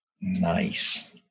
Nice